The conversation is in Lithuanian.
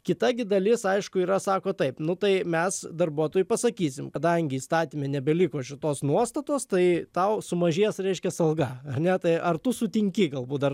kita gi dalis aišku yra sako taip nu tai mes darbuotojui pasakysim kadangi įstatyme nebeliko šitos nuostatos tai tau sumažės reiškias alga ne tai ar tu sutinki galbūt dar